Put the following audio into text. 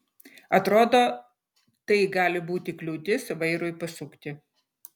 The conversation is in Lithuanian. atrodo tai gali būti kliūtis vairui pasukti